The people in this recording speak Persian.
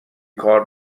کار